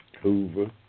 Hoover